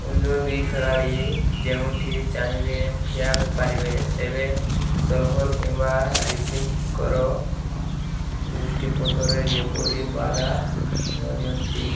ଅନ୍ୟ ଦୁଇ ଖେଳାଳି ଯେଉଁଠି ଚାହିଁବେ ଠିଆ ହୋଇପାରିବେ ତେବେ ସର୍ଭର୍ କିମ୍ବା ରିସିଭଙ୍କର ଦୃଷ୍ଟି ପଥରେ ଯେପରି ବାଧା ନଦିଅନ୍ତି